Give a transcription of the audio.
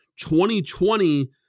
2020